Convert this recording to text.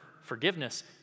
forgiveness